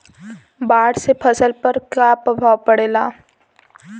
बाढ़ से फसल पर क्या प्रभाव पड़ेला?